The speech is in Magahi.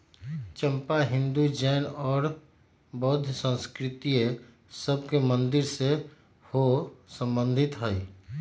चंपा हिंदू, जैन और बौद्ध संस्कृतिय सभ के मंदिर से सेहो सम्बन्धित हइ